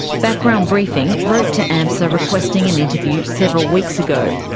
background briefing wrote to amsa requesting an interview several weeks ago.